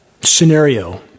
scenario